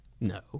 No